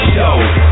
Show